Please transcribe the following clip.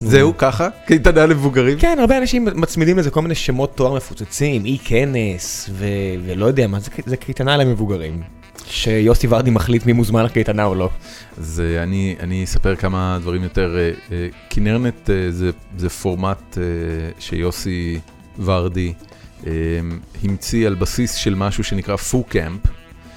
זהו ככה קייטנה למבוגרים, כן הרבה אנשים מצמידים לזה כל מיני שמות תואר מפוצצים, אי כנס, ולא יודע, מה זה קייטנה למבוגרים שיוסי ורדי מחליט מי מוזמן קיייטנה או לא. אני אספר כמה דברים יותר כנרנט זה פורמט שיוסי ורדי המציא על בסיס של משהו שנקרא פו קאמפ.